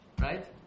Right